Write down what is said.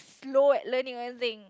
slow at learning or anything